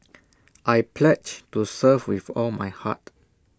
I pledge to serve with all my heart